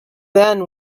then